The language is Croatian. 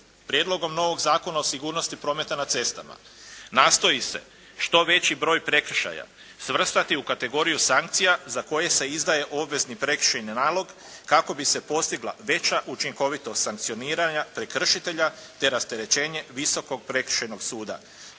Prijedlogom novog Zakona o sigurnosti prometa na cestama nastoji se što veći broj prekršaja svrstati u kategoriju sankcija za koje se izdaje obvezni prekršajni nalog kako bi se postigla veća učinkovitost sankcioniranja prekršitelja te rasterećenje Visokog prekršajnog suda,